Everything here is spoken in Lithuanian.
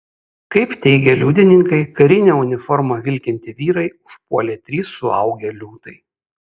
kaip teigia liudininkai karine uniforma vilkintį vyrą užpuolė trys suaugę liūtai